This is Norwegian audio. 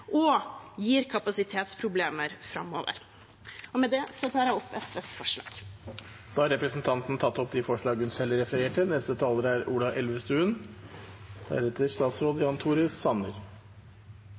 og gir kapasitetsproblemer framover. Med det tar jeg opp SVs forslag og de forslagene vi har sammen med andre. Da har representanten Kari Elisabeth Kaski tatt opp de forslag hun refererte